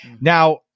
Now